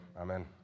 amen